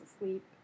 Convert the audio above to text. asleep